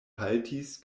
haltis